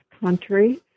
country